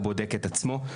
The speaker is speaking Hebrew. הוא בודק את עצמו.